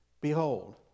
Behold